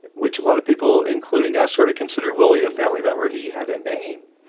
which a lot of people including us sort of considered willie a family member. he had a name.